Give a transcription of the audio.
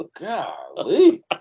Golly